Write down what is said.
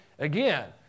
Again